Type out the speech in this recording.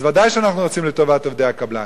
אז ודאי שאנחנו רוצים את טובת עובדי הקבלן,